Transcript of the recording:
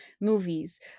movies